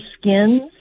skins